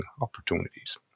opportunities